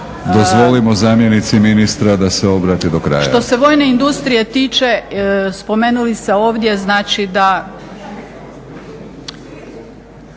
Dozvolimo zamjenici ministra da se obrati do kraja./…